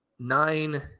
nine